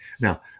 now